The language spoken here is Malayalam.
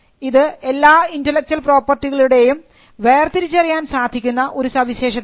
ഇത് എല്ലാ ഇന്റെലക്ച്വൽ പ്രോപ്പർട്ടികളുടേയും വേർതിരിച്ചറിയാൻ സാധിക്കുന്ന ഒരു സവിശേഷതയാണ്